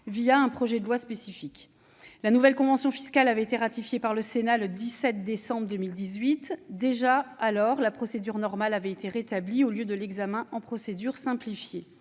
un projet de loi spécifique. La nouvelle convention fiscale avait été ratifiée par le Sénat le 17 décembre 2018. Déjà, la procédure normale avait été rétablie en lieu et place d'un examen en procédure simplifiée.